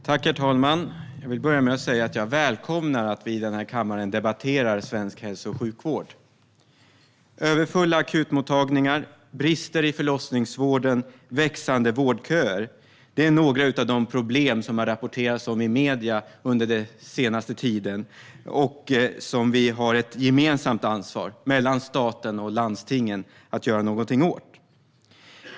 Herr talman! Jag vill börja med att säga att jag välkomnar att vi i den här kammaren debatterar svensk hälso och sjukvård. Överfulla akutmottagningar, brister i förlossningsvården och växande vårdköer är några av de problem som det har rapporterats om i medierna under den senaste tiden och som vi har ett gemensamt ansvar mellan staten och landstingen att göra någonting åt.